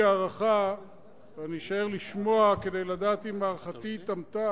יש לי איזושהי הערכה ואני אשאר לשמוע כדי לדעת אם הערכתי התאמתה,